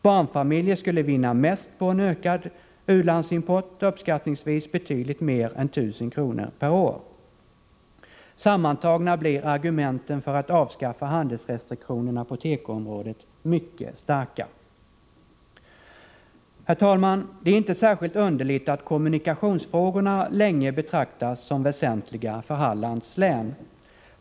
Barnfamiljer skulle vinna mest på en ökad u-landsimport, uppskattningsvis betydligt mer än 1 000 kr. per år. Sammantagna blir argumenten för att avskaffa handelsrestriktionerna på tekoområdet mycket starka. Herr talman! Det är inte särskilt underligt att kommunikationsfrågorna länge betraktats som väsentliga för Hallands län.